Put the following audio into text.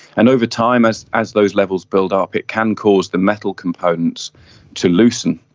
and over time as as those levels build up it can cause the metal components to loosen.